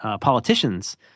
politicians